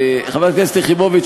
חברת הכנסת יחימוביץ,